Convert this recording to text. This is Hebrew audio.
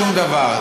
שום דבר.